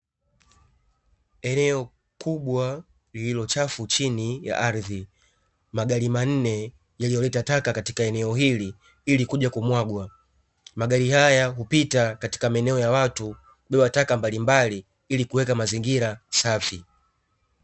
Eneo kubwa lililo chafu chini ya ardhi, magari manne yalioleta taka katika eneo hili ili kuja kumwagwa. Magari haya hupita katika maeneo ya watu kubeba taka mbalimbali ili kuweka mazingira safi.